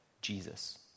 Jesus